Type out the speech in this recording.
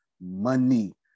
Money